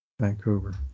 Vancouver